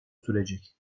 sürecek